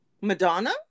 Madonna